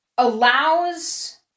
allows